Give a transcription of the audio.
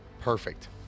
Perfect